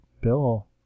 bill